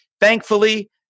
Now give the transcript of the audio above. thankfully-